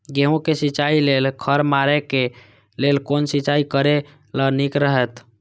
गेहूँ के सिंचाई लेल खर मारे के लेल कोन सिंचाई करे ल नीक रहैत?